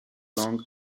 long